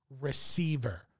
receiver